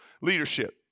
leadership